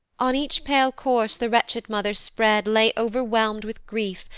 on each pale corse the wretched mother spread lay overwhelm'd with grief,